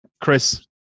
Chris